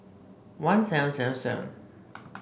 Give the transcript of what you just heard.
one seven seven seven